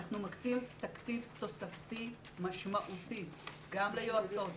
אנחנו מקצים תקציב תוספתי משמעותי גם ליועצות,